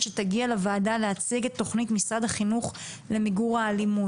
שיגיעו לוועדה להציג את תוכנית משרד החינוך למיגור האלימות.